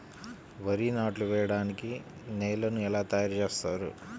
వరి నాట్లు వేయటానికి నేలను ఎలా తయారు చేస్తారు?